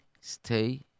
stay